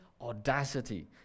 audacity